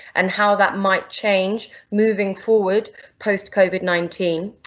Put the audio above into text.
and how that might change moving forward post covid nineteen,